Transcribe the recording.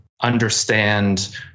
understand